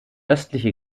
östliche